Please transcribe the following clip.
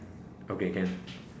okay can